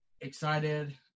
excited